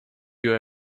you